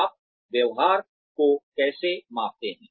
आप व्यवहार को कैसे मापते हैं